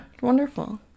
Wonderful